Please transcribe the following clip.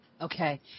Okay